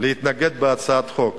להצעת החוק.